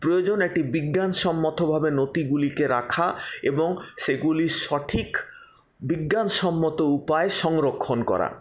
প্রয়োজন একটি বিজ্ঞানসম্মতভাবে নথিগুলোকে রাখা এবং সেগুলির সঠিক বিজ্ঞানসম্মত উপায়ে সংরক্ষণ করা